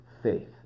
faith